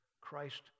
Christ